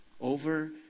over